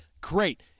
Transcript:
great